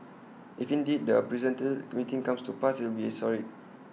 if indeed the unprecedented meeting comes to pass IT will be historic